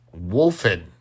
Wolfen